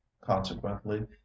consequently